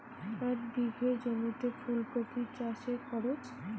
এক বিঘে জমিতে ফুলকপি চাষে খরচ?